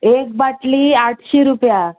एक बाटली आठशीं रुपया